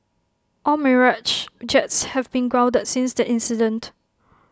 all Mirage jets have been grounded since the incident